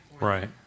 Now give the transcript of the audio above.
Right